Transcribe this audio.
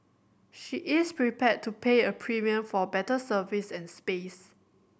she is prepared to pay a premium for better service and space